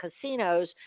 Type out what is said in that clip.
casinos